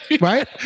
right